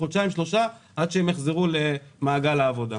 החודשיים-שלושה עד שהם יחזרו למעגל העבודה.